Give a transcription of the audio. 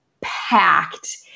packed